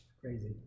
Crazy